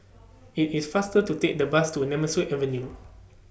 IT IS faster to Take The Bus to Nemesu Avenue